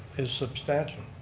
is substantial.